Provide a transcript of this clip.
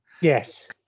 Yes